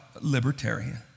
libertarian